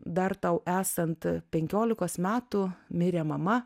dar tau esant penkiolikos metų mirė mama